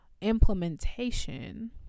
implementation